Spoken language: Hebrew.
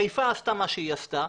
חיפה עשתה מה שהיא עשתה.